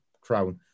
crown